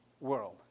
world